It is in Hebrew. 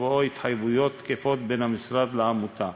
ו/או התחייבויות תקפות בין המשרד לעמותה.